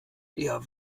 eher